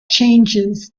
changes